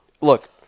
Look